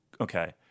okay